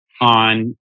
on